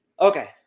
Okay